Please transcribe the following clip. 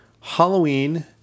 Halloween